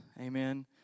Amen